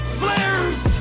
flares